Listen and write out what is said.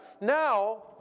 now